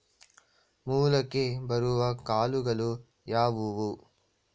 ಮೊಳಕೆ ಬರುವ ಕಾಳುಗಳು ಯಾವುವು?